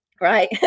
right